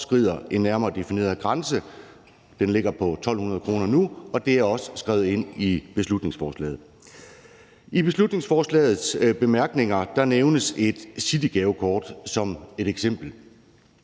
overskrider en nærmere defineret grænse. Den ligger på 1.200 kr. nu, og det er også skrevet ind i beslutningsforslaget. I beslutningsforslagets bemærkninger nævnes et citygavekort som et eksempel,